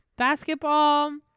basketball